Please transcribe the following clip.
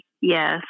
Yes